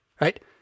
right